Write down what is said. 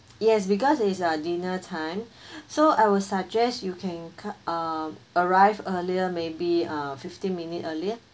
yes because it's uh dinner time so I would suggest you can come uh arrive earlier maybe uh fifteen minute earlier